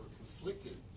conflicted